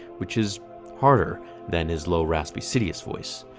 which is harder than his low raspy sidious voice.